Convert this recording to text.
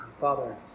Father